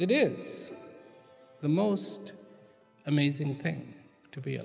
it is the most amazing thing to be